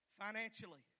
Financially